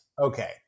Okay